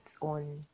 on